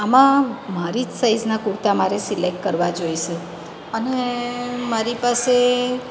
આમાં મારી જ સાઈજના કુર્તા મારે સિલેક્ટ કરવા જોઈશે અને મારી પાસે